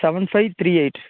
seven five three eight